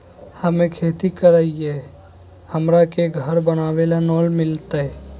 हमे खेती करई हियई, हमरा के घर बनावे ल लोन मिलतई?